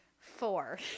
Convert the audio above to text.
four